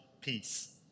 Peace